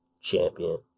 champion